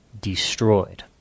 destroyed